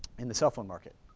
and the cell phone market.